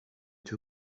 two